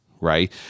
right